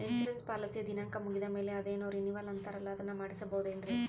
Insurance ಪಾಲಿಸಿಯ ದಿನಾಂಕ ಮುಗಿದ ಮೇಲೆ ಅದೇನೋ ರಿನೀವಲ್ ಅಂತಾರಲ್ಲ ಅದನ್ನು ಮಾಡಿಸಬಹುದೇನ್ರಿ?